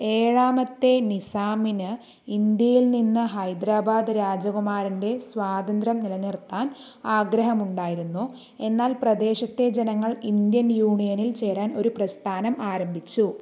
ഏഴാമത്തെ നിസാമിന് ഇന്ത്യയിൽ നിന്ന് ഹൈദരാബാദ് രാജകുമാരന്റെ സ്വാതന്ത്ര്യം നിലനിർത്താൻ ആഗ്രഹമുണ്ടായിരുന്നു എന്നാൽ പ്രദേശത്തെ ജനങ്ങൾ ഇന്ത്യൻ യൂണിയനിൽ ചേരാൻ ഒരു പ്രസ്ഥാനം ആരംഭിച്ചു